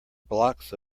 blocks